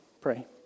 pray